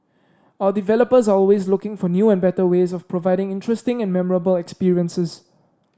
our developers are always looking for new and better ways of providing interesting and memorable experiences